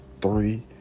three